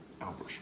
Albert